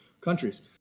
countries